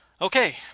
Okay